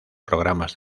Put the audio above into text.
programas